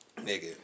Nigga